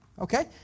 okay